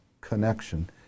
connection